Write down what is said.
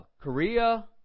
Korea